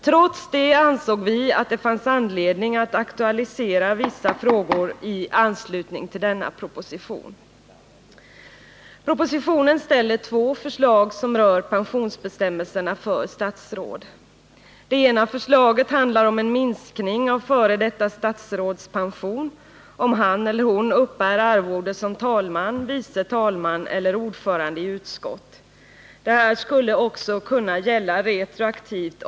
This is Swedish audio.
Trots det ansåg vi att det fanns anledning att aktualisera vissa frågor i anslutning till denna proposition. Propositionen ställer två förslag som rör pensionsbestämmelserna för statsråd. Det ena förslaget handlar om en minskning av f. d. statsråds pension, om han eller hon uppbär arvode som talman, vice talman eller ordförande i utskott. Det här skulle också kunna gälla retroaktivt.